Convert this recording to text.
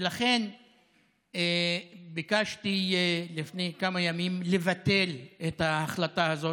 לכן ביקשתי לפני כמה ימים לבטל את ההחלטה הזאת,